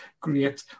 great